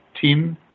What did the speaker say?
Team